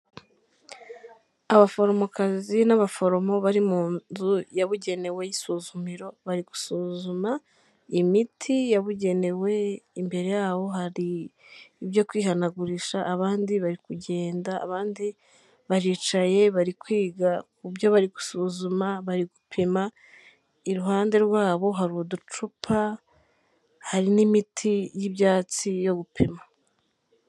Abaforomokazi n'abaforomo bari mu nzu yabugenewe y'isuzumiro bari gusuzuma imiti yabugenewe. Imbere yabo hari ibyo kwihanagurisha abandi barikugenda. Abandi baricaye barikwiga ku byo barigusuzuma, barigupima. Iruhande rwabo hari uducupa, hari n'imiti y'ibyatsi yo gupima.